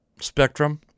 spectrum